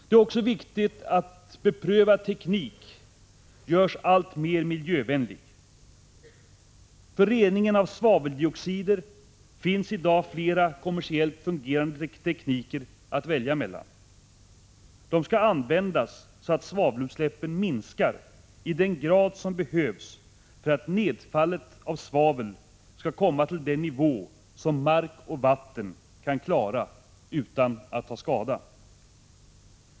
Det är också viktigt att beprövad teknik görs alltmer miljövänlig. För reningen av svaveldioxider finns i dag flera kommersiella fungerande tekniker att välja mellan. De skall användas, så att svavelutsläppen minskar i den grad som behövs för att nedfallet av svavel skall komma till den nivå som mark och vatten kan klara utan att ta skada.